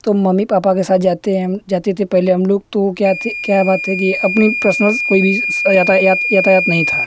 तो mummy papa के साथ जाते हैं जाते थे पहले हमलोग तो क्या थे क्या बात है अपनी पर्सनल कोई भी यातायात यातायात नहीं था